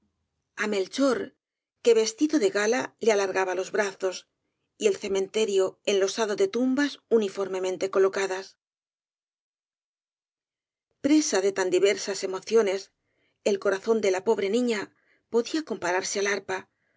á melchor que vestido de gala le alargaba los brazos y el cementerio enlosado de tumbas uniformemente colocadas presa de tan diversas emociones el corazón de la rosalía de castro pobre niña podía compararse al arpa